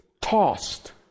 Tossed